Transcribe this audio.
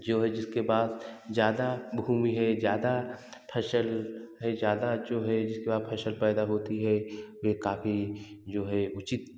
जो है जिसके बाद ज़्यादा भूमि है ज़्यादा फ़सल है ज़्यादा जो है जिसके पास फ़सल पैदा होती है वे काफ़ी जो है उचित